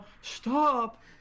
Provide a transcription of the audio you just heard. Stop